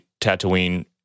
Tatooine